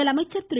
முதலமைச்சர் திரு